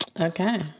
Okay